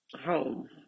home